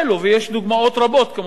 ויש דוגמאות רבות כמובן,